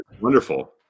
wonderful